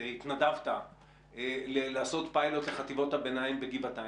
התנדבת לעשות פיילוט לחטיבות הביניים בגבעתיים.